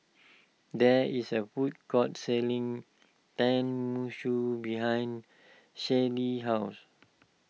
there is a food court selling Tenmusu behind Shelli's house